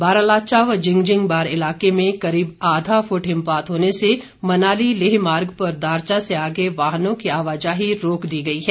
बारालाचा व जिंगजिंगबार इलाके में करीब आधा फूट हिमपात होने से मनाली लेह मार्ग पर दारचा से आगे वाहनों की आवाजाही रोक दी गई है